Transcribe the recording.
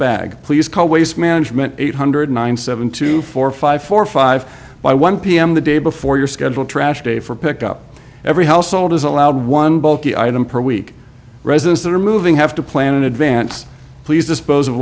bag please call waste management eight hundred nine seven two four five four five by one pm the day before your schedule trash day for pick up every household is allowed one bulky item per week residents that are moving have to plan in advance please dispose of